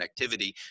connectivity